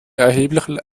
erheblich